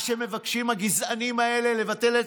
מה שמבקשים הגזענים האלה זה לבטל את